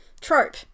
Trope